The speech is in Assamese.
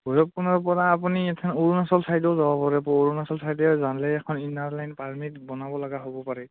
ভৈৰৱকুণ্ডৰ পৰা আপুনি এখন অৰুণচল চাইডেও যাব পাৰে অৰুণাচল চাইডে যালে এখন ইনাৰ লাইন পাৰ্মিত বনাব লগা হ'ব পাৰে